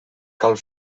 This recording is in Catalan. cal